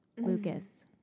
Lucas